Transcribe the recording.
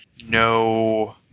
no